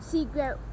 Secret